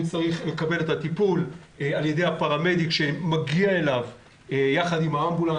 צריך לקבל טיפול על ידי הפרמדיק שמגיע אליו עם האמבולנס,